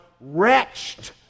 wretched